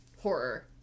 horror